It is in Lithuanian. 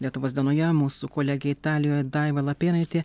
lietuvos dienoje mūsų kolegė italijoje daiva lapėnaitė